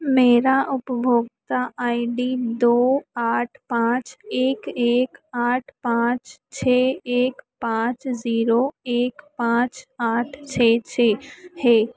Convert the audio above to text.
मेरी उपभोगता I D दो आठ पाँच एक एक आठ पाँच छः एक पाँच जीरो एक पाँच आठ छः छः है